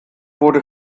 wurde